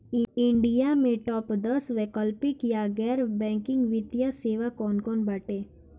India में top दस वैकल्पिक या गैर बैंकिंग वित्तीय सेवाएं कौन कोन बाटे?